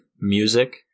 music